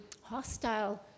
hostile